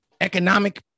economic